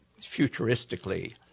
futuristically